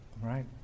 right